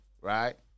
right